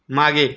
मागे